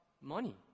money